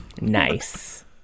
Nice